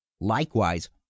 likewise